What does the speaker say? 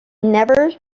never